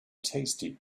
tasty